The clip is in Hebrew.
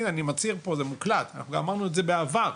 הנה, אני מצהיר פה, זה מוקלט ואמרנו את זה בעבר.